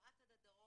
כמעט עד הדרום.